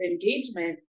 engagement